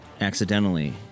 accidentally